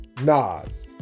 nas